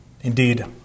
Indeed